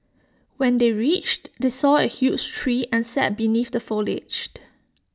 when they reached they saw A huge tree and sat beneath the foliage